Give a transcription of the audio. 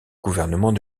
gouvernement